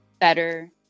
better